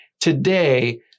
Today